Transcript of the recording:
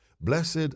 Blessed